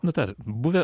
nu dar buvę